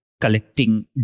collecting